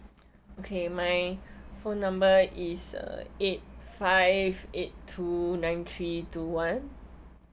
okay my phone number is uh eight five eight two nine three two one